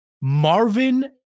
Marvin